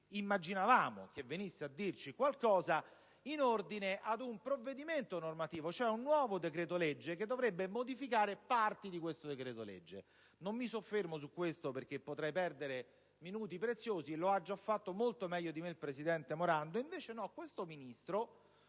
Immaginavamo venisse a dirci qualcosa in ordine ad un provvedimento normativo, cioè a un nuovo decreto-legge che dovrebbe modificare parti del decreto-legge al nostro esame (non mi soffermo su questo, perché potrei perdere minuti preziosi; del resto, lo ha già fatto molto meglio di me il senatore Morando). Invece no, questo Ministro,